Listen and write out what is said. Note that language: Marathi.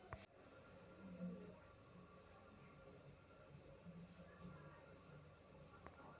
भुईमुगासाठी खयला तण नाशक मी वापरू शकतय?